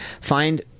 Find